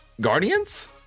Guardians